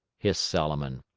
hissed solomon.